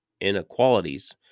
inequalities